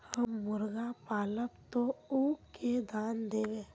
हम मुर्गा पालव तो उ के दाना देव?